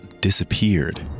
disappeared